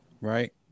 right